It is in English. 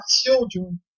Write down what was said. children